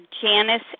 Janice